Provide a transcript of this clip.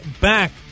back